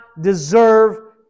deserve